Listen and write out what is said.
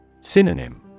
Synonym